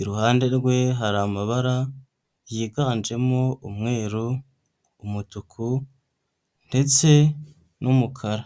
Iruhande rwe hari amabara, yiganjemo umweru, umutuku, ndetse n'umukara.